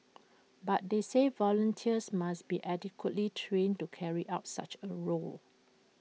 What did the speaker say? but they said volunteers must be adequately trained to carry out such A role